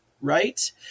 right